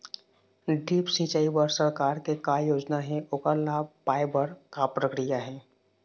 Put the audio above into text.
Drip सिचाई बर सरकार के का योजना हे ओकर लाभ पाय बर का प्रक्रिया हे?